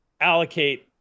allocate